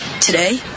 Today